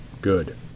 good